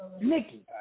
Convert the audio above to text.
Nikki